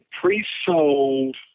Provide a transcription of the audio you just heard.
pre-sold